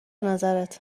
نظرت